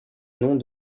noms